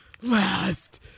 last